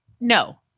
no